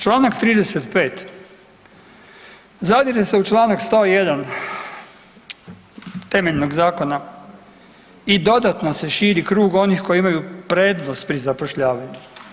Članak 35. zadire se u članak 101. temeljnog Zakona i dodatno se širi krug onih koji imaju prednost pri zapošljavanju.